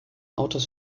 autos